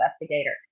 investigator